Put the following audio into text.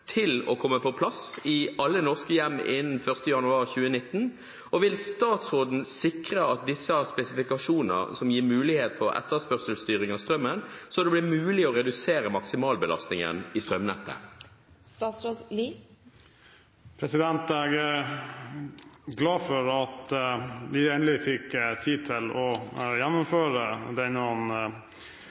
til å komme på plass i alle norske hjem innen 1. januar 2019, og vil statsråden sikre at disse har spesifikasjoner som gir mulighet for etterspørselsstyring av strømmen, så det blir mulig å redusere maksimalbelastning i strømnettet?» Jeg er glad for at vi endelig fikk tid til å gjennomføre